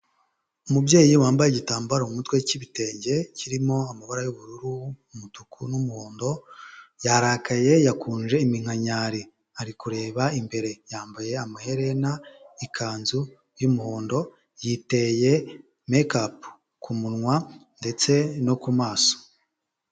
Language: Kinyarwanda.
Umubyeyi wambaye igitambaro mu mutwe cy'ibitenge kirimo amabara y'ubururu, umutuku n'umuhondo, yarakaye yakunje iminkanyari, ari kureba imbere yambaye amaherena, ikanzu y'umuhondo yiteye mekepu ku munwa ndetse no ku maso.